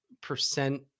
percent